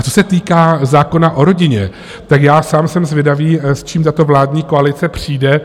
Co se týká zákona o rodině, já sám jsem zvědavý, s čím tato vládní koalice přijde.